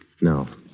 No